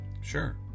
sure